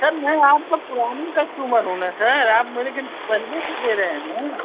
sir मैं आपका पुराना कस्टमर हूँ न सर आप मेरे खियन पहले से दे रहे हैं न